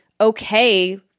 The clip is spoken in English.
okay